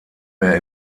mehr